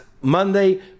Monday